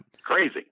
Crazy